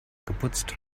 geputzt